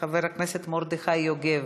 חבר הכנסת מרדכי יוגב,